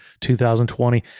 2020